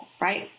right